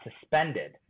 suspended